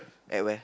at where